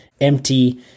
empty